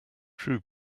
true